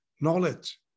knowledge